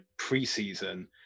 preseason